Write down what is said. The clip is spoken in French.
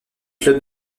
clubs